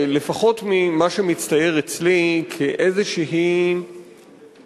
לפחות ממה שמצטייר אצלי כאיזו תופעה,